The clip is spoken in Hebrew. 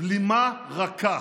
בלימה רכה.